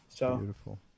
Beautiful